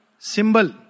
Symbol